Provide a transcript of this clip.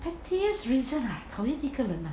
pettiest reason ah 讨厌一个人